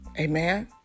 Amen